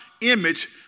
image